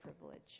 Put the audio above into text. privilege